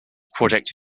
project